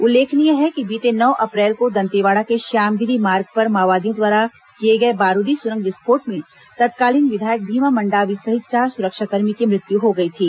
उल्लेखनीय है कि बीते नौ अप्रैल को दंतेवाड़ा के श्यामगिरी मार्ग पर माओवादियों द्वारा किए गए बारूदी सुरंग विस्फोट में तत्कालीन विधायक भीमा मंडावी सहित चार सुरक्षाकर्मी की मृत्यु हो गई थी